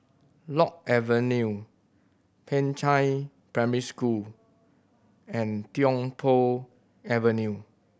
Lock Avenue Peicai Secondary School and Tiong Poh Avenue